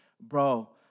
bro